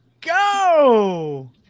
go